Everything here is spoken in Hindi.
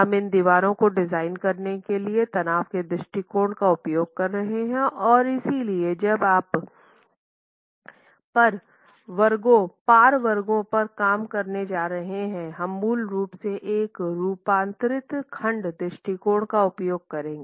हम इन दीवारों को डिज़ाइन करने के लिए तनाव के दृष्टिकोण का उपयोग कर रहे हैं और इसलिए जब आप पार वर्गों पर काम करने जा रहे हैं हम मूल रूप से एक रूपांतरित खंड दृष्टिकोण का उपयोग करेंगे